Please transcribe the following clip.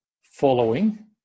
following